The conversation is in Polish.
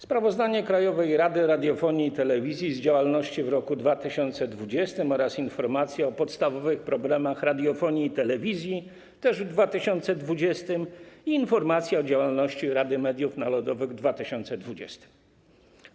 Sprawozdanie Krajowej Rady Radiofonii i Telewizji z działalności w roku 2020 oraz informacja o podstawowych problemach radiofonii i telewizji też w 2020 r., a także informacja o działalności Rady Mediów Narodowych w 2020 r.